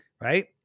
right